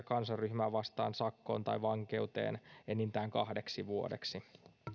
kansanryhmää vastaan sakkoon tai vankeuteen enintään kahdeksi vuodeksi